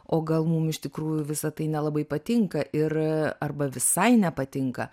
o gal mum iš tikrųjų visa tai nelabai patinka ir arba visai nepatinka